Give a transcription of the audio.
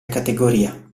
categoria